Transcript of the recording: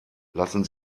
lassen